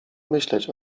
myśleć